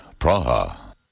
Praha